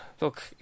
look